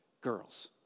girls